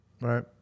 Right